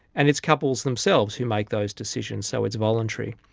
and it's couples themselves who make those decisions, so it's voluntary.